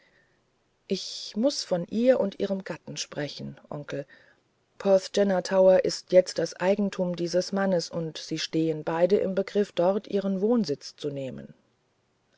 ich muß von ihr und ihrem gatten sprechen onkel porthgenna tower ist jett das eigentum dieses mannes und sie stehen beide im begriff dort ihren wohnsitz zu nehmen